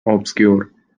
obscure